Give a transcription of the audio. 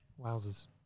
wowzers